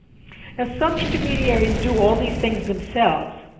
and some intermediaries do all these things themselves.